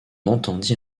entendit